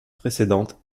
précédentes